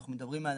אנחנו מדברים על